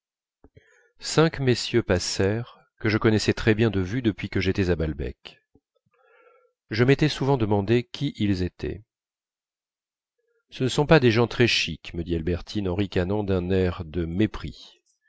cinq messieurs passèrent que je connaissais très bien de vue depuis que j'étais à balbec je m'étais souvent demandé qui ils étaient ce ne sont pas des gens très chics me dit albertine en ricanant d'un air de mépris